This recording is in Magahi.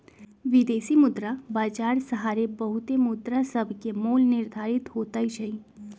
विदेशी मुद्रा बाजार सहारे बहुते मुद्रासभके मोल निर्धारित होतइ छइ